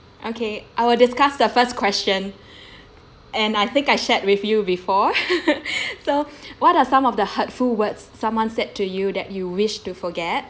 okay I will discuss the first question and I think I shared with you before so what are some of the hurtful words someone said to you that you wish to forget